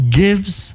gives